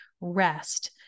rest